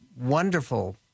wonderful